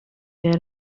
der